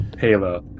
Halo